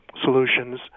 solutions